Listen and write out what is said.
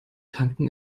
tanken